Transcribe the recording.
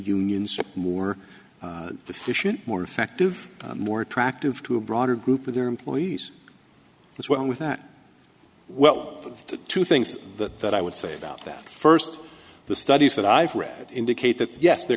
unions more efficient more effective more attractive to a broader group of their employees as well with that well the two things that that i would say about that first the studies that i've read indicate that yes there